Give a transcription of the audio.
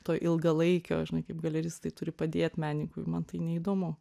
to ilgalaikio žinai kaip galeristai turi padėt menininkui man tai neįdomu